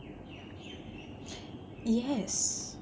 yes